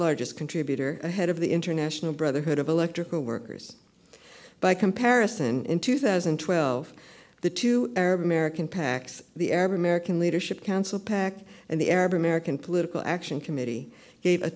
largest contributor ahead of the international brotherhood of electrical workers by comparison in two thousand and twelve the two arab american pacs the arab american leadership council pac and the arab american political action committee gave a